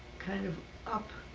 kind of up.